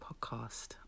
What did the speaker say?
podcast